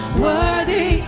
worthy